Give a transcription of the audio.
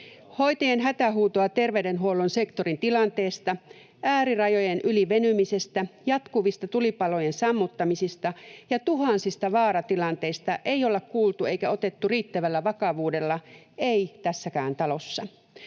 Hoitajien hätähuutoa terveydenhuollon sektorin tilanteesta, äärirajojen yli venymisestä, jatkuvista tulipalojen sammuttamisista ja tuhansista vaaratilanteista ei olla kuultu eikä otettu riittävällä vakavuudella, ei tässäkään talossa.